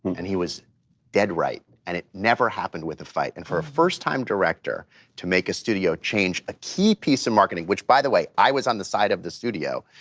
and he was dead right. and it never happened with a fight. and for a first time director to make a studio change a key piece of marketing which, by the way, i was on the side of the studio,